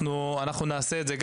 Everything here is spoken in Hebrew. גם את זה אנחנו נעשה.